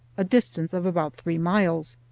a distance of about three miles.